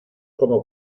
como